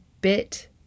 bit